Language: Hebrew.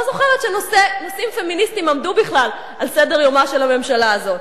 לא זוכרת שנושאים פמיניסטיים עמדו בכלל על סדר-יומה של הממשלה הזאת.